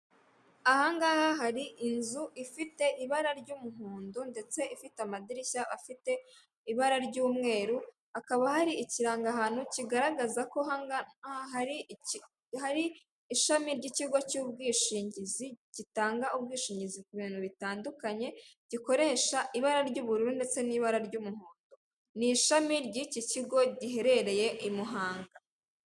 Aha ngaha hari inzu ifite ibara ry'umuhondo ndetse ifite amadirishya afite ibara ry'umweru, hakaba hari ikirangahantu kigaragaza ko aha ngaha hari ishami ry'ikigo cy'ubwishingizi gitanga ubwishingizi ku bintu bitandukanye, gikoresha ibara ry'ubururu ndetse n'ibara ry'umuhondo, ni ishami ry'iki kigo giherereye i Muhanga.